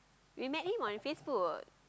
we met him on Facebook